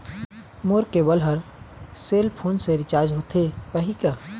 मोर cable हर cell phone से recharge होथे पाही का?